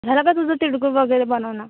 झालं का तुझं तिळगुळ वगैरे बनवणं